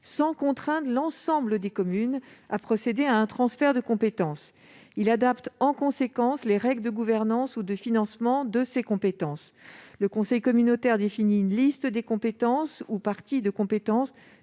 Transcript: autant contraindre l'ensemble des communes à opérer un tel transfert de compétences. Il tend à adapter en conséquence les règles de gouvernance ou de financement de ces compétences. Le conseil communautaire définirait une liste des compétences ou parties de compétences